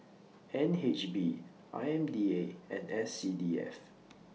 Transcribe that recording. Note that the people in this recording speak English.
N H B I M D A and S C D F